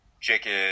chicken